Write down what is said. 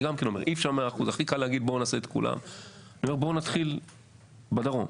לכן אני אומר שבואו נתחיל מהדרום,